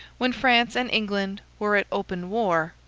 when france and england were at open war,